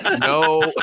no